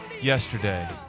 yesterday